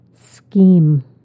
Scheme